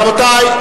רבותי,